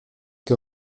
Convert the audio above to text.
que